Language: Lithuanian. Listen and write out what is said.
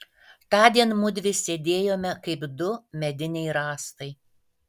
tądien mudvi sėdėjome kaip du mediniai rąstai